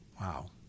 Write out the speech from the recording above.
wow